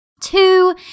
Two